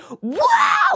wow